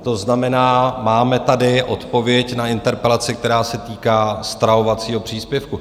To znamená, máme tady odpověď na interpelaci, která se týká stravovacího příspěvku.